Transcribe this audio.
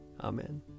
Amen